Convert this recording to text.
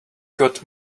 got